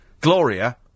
Gloria